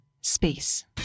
Space